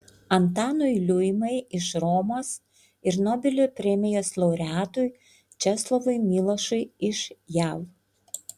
antanui liuimai iš romos ir nobelio premijos laureatui česlovui milošui iš jav